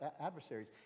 adversaries